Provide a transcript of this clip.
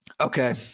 Okay